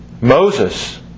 Moses